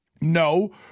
No